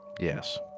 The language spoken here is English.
Yes